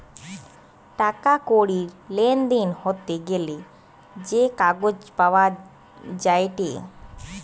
টাকা কড়ির লেনদেন হতে গ্যালে যে কাগজ পাওয়া যায়েটে